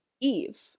Eve